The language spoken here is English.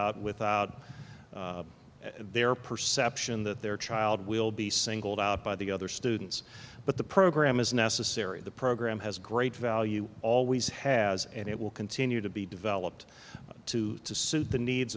out without their perception that their child will be singled out by the other students but the program is necessary the program has great value always has and it will continue to be developed to to suit the needs